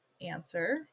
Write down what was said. answer